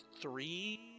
three